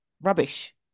Rubbish